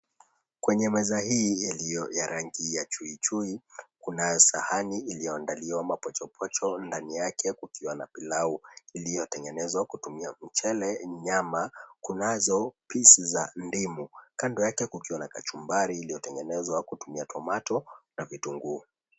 Kwenye meza hii iliyo na rangi ya chui chui kunayp sahani iliyoandaliwa mapochopocho, ndani yake kukiwa na pilau iliyotengenezwa kutumia mchele, nyama kunazo piece za ndimu, kando yake kukiwa na kachumbari iliyotengenezwa na kutumia tomato na vitunguu.